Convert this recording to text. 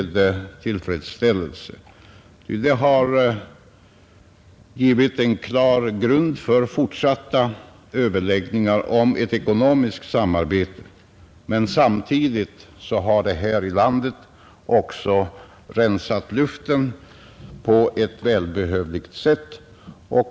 Det har givit en klar grund för fortsatta överläggningar om ett ekonomiskt samarbete, men samtidigt har det här i landet rensat luften på ett välbehövligt sätt.